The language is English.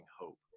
hope